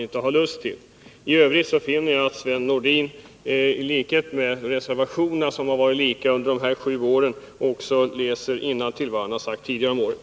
I övrigt finner jag att Sven-Erik Nordin — helt i linje med reservationerna, som har varit likadana under de här sju åren — läser innantill vad han sagt tidigare om åren.